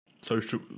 Social